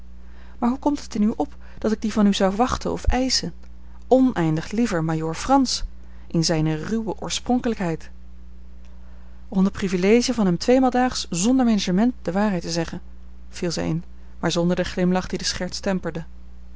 maar hoe komt het in u op dat ik die van u zou wachten of eischen oneindig liever majoor frans in zijne ruwe oorspronkelijkheid onder privilege van hem tweemaal daags zonder menagement de waarheid te zeggen viel zij in maar zonder den glimlach die de scherts temperde